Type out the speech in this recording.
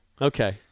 okay